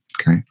Okay